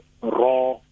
raw